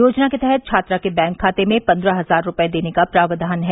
योजना के तहत छात्रा के बैंक खाते में पन्द्रह हज़ार रूपये देने का प्रावधान है